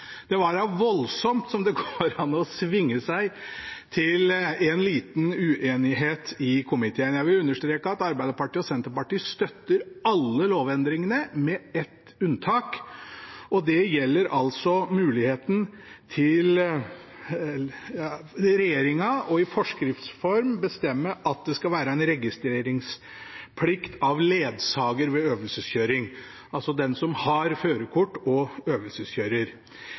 Det var da voldsomt som det gikk an å svinge seg om en liten uenighet i komiteen. Jeg vil understreke at Arbeiderpartiet og Senterpartiet støtter alle lovendringene, med ett unntak, og det gjelder altså muligheten for regjeringen til i forskriftsform å bestemme at det skal være en registreringsplikt av ledsager ved øvelseskjøring, altså den som har førerkort og øvelseskjører.